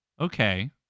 okay